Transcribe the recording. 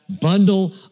bundle